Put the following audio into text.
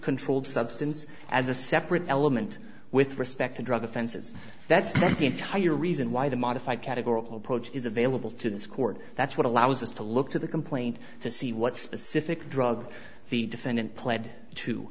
controlled substance as a separate element with respect to drug offenses that's not the entire reason why the modified categorical approach is available to this court that's what allows us to look to the complaint to see what specific drug the defendant pled to